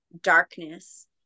darkness